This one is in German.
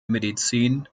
medizin